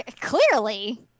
Clearly